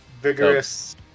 vigorous